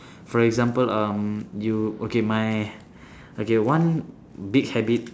for example um you okay my okay one big habit